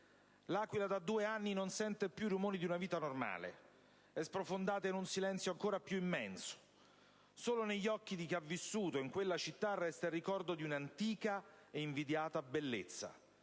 L'Aquila da due anni non sente più i rumori di una vita normale: è sprofondata in un silenzio ancora più immenso. Solo negli occhi di chi ha vissuto in quella città resta il ricordo di un'antica e invidiata bellezza: